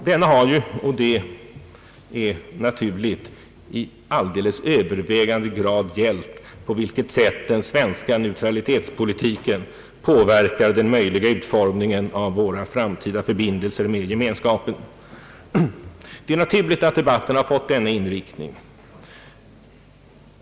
Denna har ju — och det är naturligt — i alldeles övervägande grad gällt på vilket sätt den svenska neutralitetspolitiken påverkar den möjliga utformningen av våra framtida förbindelser med Gemenskapen. Det är naturligt att debatten fått denna inriktning.